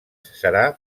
serà